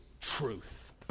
truth